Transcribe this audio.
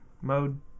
mode